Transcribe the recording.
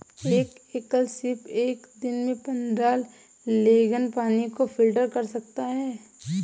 एक एकल सीप एक दिन में पन्द्रह गैलन पानी को फिल्टर कर सकता है